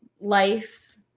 life